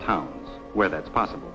town where that's possible